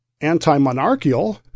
anti-monarchical